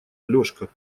алешка